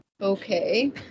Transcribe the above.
okay